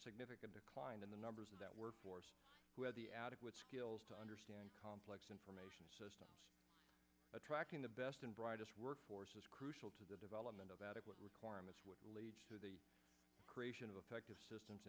significant decline in the numbers of that workforce with the adequate skills to understand complex information systems attracting the best and brightest workforce is crucial to the development of adequate requirements which leads to the creation of effective systems